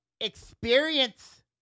experience